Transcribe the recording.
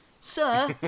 Sir